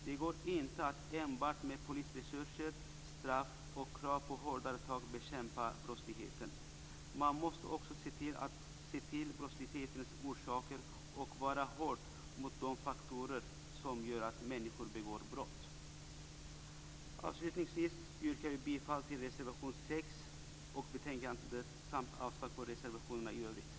Det går inte att bekämpa brottsligheten enbart med polisresurser, straff och krav på hårdare tag. Man måste också se till brottslighetens orsaker och vara hård mot de faktorer som gör att människor begår brott. Avslutningsvis yrkar jag bifall till reservation 6